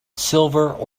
silver